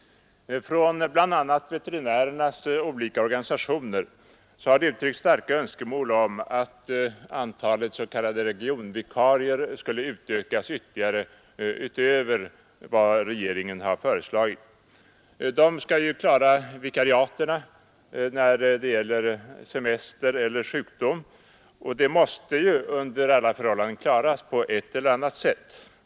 Från bl.a. veterinärernas olika organisationer har uttryckts starka önskemål om att antalet s.k. regionvikarier skulle utökas utöver vad regeringen har föreslagit. De skall ju klara vikariaten vid semester eller sjukdom. Då måste tjänsten under alla förhållanden klaras på ett eller annat sätt.